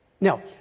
Now